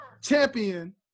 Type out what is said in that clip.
champion